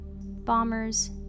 bombers